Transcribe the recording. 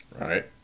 Right